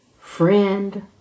friend